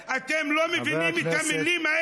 לחבר כנסת במקום ללכת לשוטר, בעצמו.